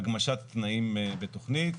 הגמשת תנאים בתוכנית.